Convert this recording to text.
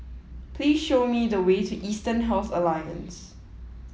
please show me the way to Eastern Health Alliance